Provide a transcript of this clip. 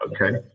okay